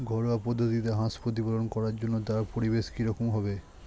ঘরোয়া পদ্ধতিতে হাঁস প্রতিপালন করার জন্য তার পরিবেশ কী রকম হবে?